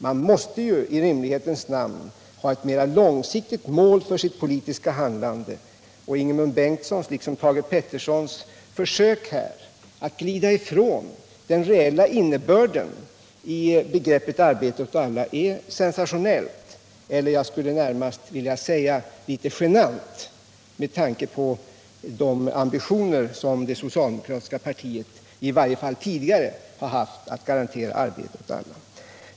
Man måste i rimlighetens namn ha ett mer långsiktigt mål för sitt politiska handlande, och Ingemund Bengtssons liksom Thage Petersons försök här att glida ifrån den reella innebörden i begreppet arbete åt alla är sensationellt eller, det skulle jag närmast vilja säga, litet genant med tanke på de ambitioner som det socialdemokratiska partiet i varje fall tidigare har haft att garantera arbete åt alla.